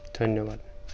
ধন্যবাদ